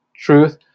truth